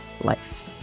life